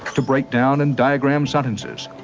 to break down and diagram sentences,